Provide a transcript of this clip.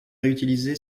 réutilisé